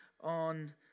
on